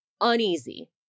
uneasy